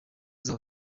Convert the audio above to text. zabo